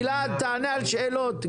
גלעד תענה על שאלות,